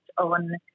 on